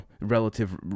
relative